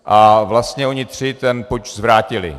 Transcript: A vlastně oni tři ten puč zvrátili.